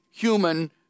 human